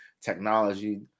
Technology